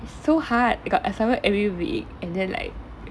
so hard got assignment every week and then like